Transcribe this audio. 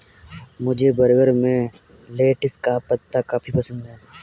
मुझे बर्गर में लेटिस का पत्ता काफी पसंद है